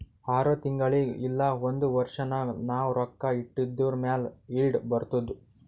R ತಿಂಗುಳಿಗ್ ಇಲ್ಲ ಒಂದ್ ವರ್ಷ ನಾಗ್ ನಾವ್ ರೊಕ್ಕಾ ಇಟ್ಟಿದುರ್ ಮ್ಯಾಲ ಈಲ್ಡ್ ಬರ್ತುದ್